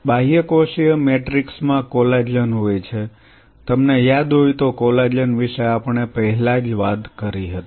બાહ્યકોષીય મેટ્રિક્સ માં કોલાજન હોય છે તમને યાદ હોય તો કોલાજન વિશે આપણે પહેલા જ વાત કરી છે